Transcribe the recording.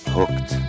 Hooked